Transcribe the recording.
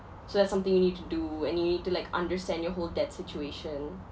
so that's something you need to do and you need to like understand your whole debt situation